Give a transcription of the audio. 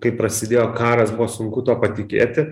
kai prasidėjo karas buvo sunku tuo patikėti